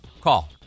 Call